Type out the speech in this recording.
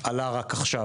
עלה רק עכשיו,